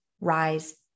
rise